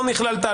לא נכללת,